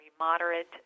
moderate